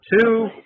two